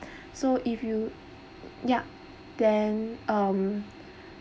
so if you ya then um